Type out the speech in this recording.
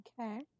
Okay